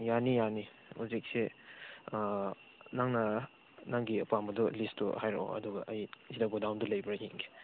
ꯌꯥꯅꯤ ꯌꯥꯅꯤ ꯍꯧꯖꯤꯛꯁꯦ ꯑꯥ ꯅꯪꯅ ꯅꯪꯒꯤ ꯑꯄꯥꯝꯕꯗꯨ ꯂꯤꯁꯇꯣ ꯍꯥꯏꯔꯛꯑꯣ ꯑꯗꯨꯒ ꯑꯩ ꯁꯤꯗ ꯒꯣꯗꯥꯎꯟꯗ ꯂꯩꯕ꯭ꯔꯥ ꯌꯦꯡꯒꯦ